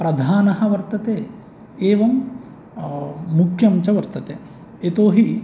प्रधानः वर्तते एवं मुख्यं च वर्तते यतोहि